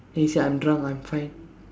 then he said I'm drunk I'm fine